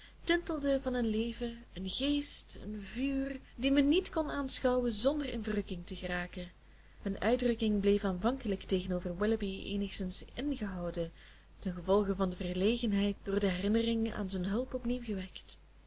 tintelden van een leven een geest een vuur die men niet kon aanschouwen zonder in verrukking te geraken hun uitdrukking bleef aanvankelijk tegenover willoughby eenigszins ingehouden tengevolge van de verlegenheid door de herinnering aan zijn hulp opnieuw gewekt